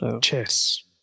Chess